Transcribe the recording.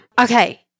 okay